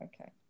okay